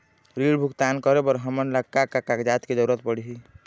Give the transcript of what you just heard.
ऋण भुगतान करे बर हमन ला का का कागजात के जरूरत पड़ही?